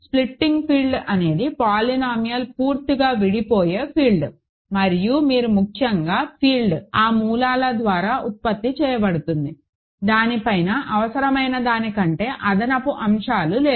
splitting field అనేది polynomial పూర్తిగా విడిపోయే ఫీల్డ్ మరియు మరీ ముఖ్యంగా ఫీల్డ్ ఆ మూలాల ద్వారా ఉత్పత్తి చేయబడుతుంది దాని పైన అవసరమైన దానికంటే అదనపు అంశాలు లేవు